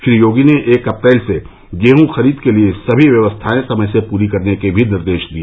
श्री योगी ने एक अप्रैल से गेहूं खरीद के लिए सभी व्यवस्थाए समय से पूरी करने के भी निर्देश दिए